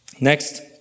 Next